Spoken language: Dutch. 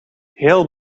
heel